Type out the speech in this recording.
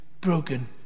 broken